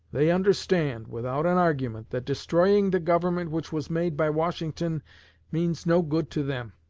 they understand, without an argument, that destroying the government which was made by washington means no good to them.